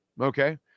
okay